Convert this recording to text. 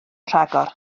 rhagor